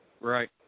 Right